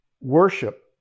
worship